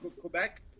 Quebec